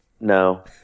No